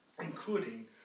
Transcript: including